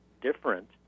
different